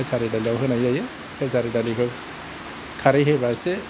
खेचारि दालियाव होनाय जायो खेचारि दालिफ्राव खारै होयोबा एसे